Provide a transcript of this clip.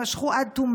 הבית.